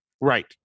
right